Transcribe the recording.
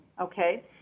Okay